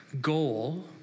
goal